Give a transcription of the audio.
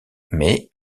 mais